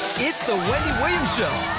it's the wendy williams show